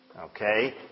Okay